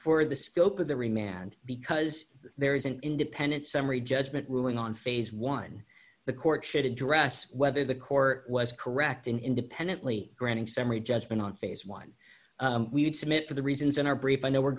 for the scope of the remain and because there is an independent summary judgment ruling on phase one the court should address whether the court was correct in independently granting summary judgment on phase one we would submit for the reasons in our brief i know we're